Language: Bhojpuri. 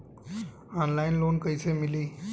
ऑनलाइन लोन कइसे मिली?